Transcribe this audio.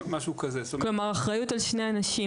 כלומר אחריות על שני אנשים.